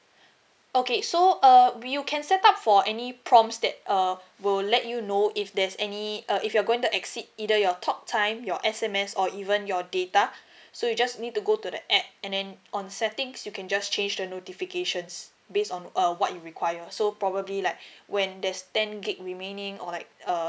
okay so uh you can set up for any prompts that uh will let you know if there's any uh if you're going to exceed either your talk time your S_M_S or even your data so you just need to go to the app and then on settings you can just change the notifications based on uh what you require so probably like when there's ten gig remaining or like err